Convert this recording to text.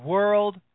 World